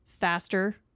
faster